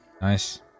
Nice